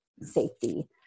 safety